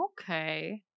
Okay